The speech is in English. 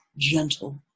gentle